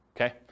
okay